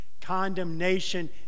Condemnation